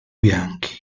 bianchi